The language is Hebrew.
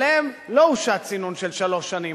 עליהם לא הושת צינון של שלוש שנים.